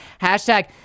hashtag